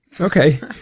Okay